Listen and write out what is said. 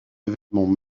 événements